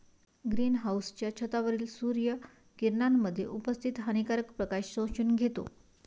green हाउसच्या छतावरील सूर्य किरणांमध्ये उपस्थित हानिकारक प्रकाश शोषून घेतो